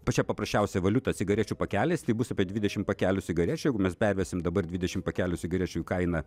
pačia paprasčiausia valiuta cigarečių pakelis tai bus apie dvidešimt pakelių cigarečių jeigu mes pervesim dabar dvidešimt pakelių cigarečių į kainą